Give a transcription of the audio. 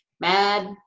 mad